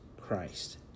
Christ